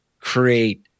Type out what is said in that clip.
create